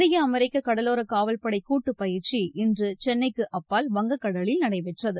இந்திய அமெரிக்க கடலோர காவல்படை கூட்டுப்பயிற்சி இன்று சென்னைக்கு அப்பால் வங்கக்கடலில் நடைபெற்றது